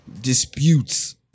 disputes